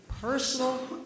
personal